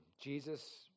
Jesus